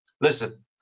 Listen